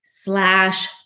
slash